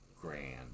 grand